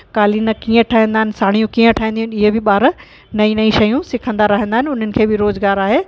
कालीन कीअं ठहंदा आहिनि साड़ियूं कीअं ठहंदियूं आहिनि इहे बि ॿार नईं नईं शयूं सिखंदा रहंदा आहिनि उन्हनि खे बि रोज़गारु आहे